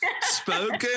spoken